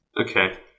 okay